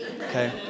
okay